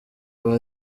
aba